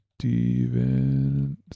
Steven